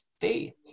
faith